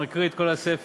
אנחנו נקריא את כל הספר,